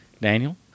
Daniel